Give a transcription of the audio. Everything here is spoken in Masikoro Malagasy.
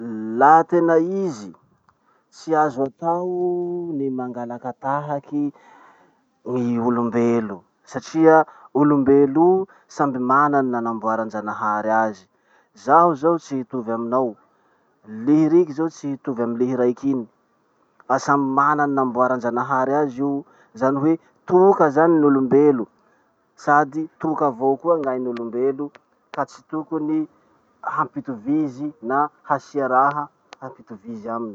Laha tena izy, tsy azo atao ny mangalakatahaky olombelo satria olombelo o samby mana ny nanamboaran-janahary azy. Zaho zao tsy hitovy aminao, lihy riky zao tsy hitovy amy lihy raiky iny, fa samy mana ny nanamboaranjanahary azy io. Zany hoe toka zany ny olombelo sady toka avao koa ny ain'olombelo ka tsy tokony hampitovizy na hasia raha hampitovizy aminy.